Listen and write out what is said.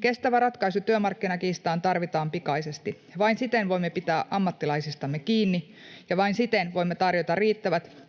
Kestävä ratkaisu työmarkkinakiistaan tarvitaan pikaisesti. Vain siten voimme pitää ammattilaisistamme kiinni ja vain siten voimme tarjota riittävät